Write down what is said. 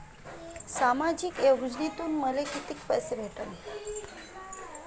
सामाजिक योजनेतून मले कितीक पैसे भेटन?